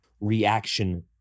reaction